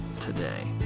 today